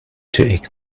take